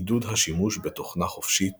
עידוד השימוש בתוכנה חופשית